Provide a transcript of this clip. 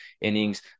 innings